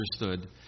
understood